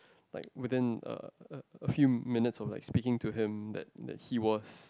like within a a a few minutes of speaking to him that that he was